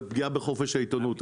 זו פגיעה בחופש העיתונות.